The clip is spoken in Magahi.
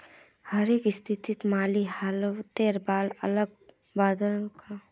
हरेक स्थितित माली हालतेर बारे अलग प्रावधान कराल जाछेक